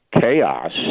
chaos